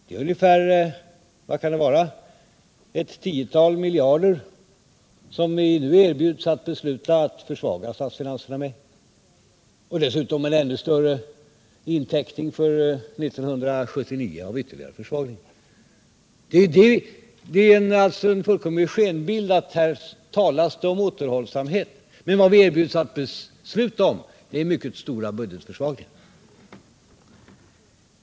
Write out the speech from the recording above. Det är en försvagning av statsfinanserna med kanske ett tiotal miljarder och en ännu större inteckning för 1979 om ytterligare försvagningar som vi nu erbjuds att besluta om. Det är alltså en fullkomlig skenbild man ger då det här talas om återhållsamhet. Vad vi erbjuds att besluta om är mycket stora budgetförsvagningar.